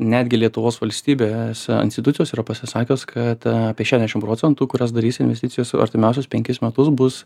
netgi lietuvos valstybėse institucijos yra pasisakęs kad apie šešdešim procentų kurias darys investicijos artimiausius penkis metus bus